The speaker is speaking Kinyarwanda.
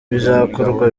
bizakorwa